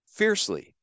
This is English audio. fiercely